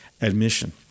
admission